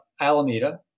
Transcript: Alameda